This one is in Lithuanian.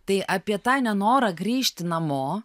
tai apie tą nenorą grįžti namo